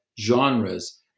genres